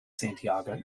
santiago